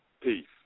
Peace